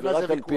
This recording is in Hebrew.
אין על זה ויכוח.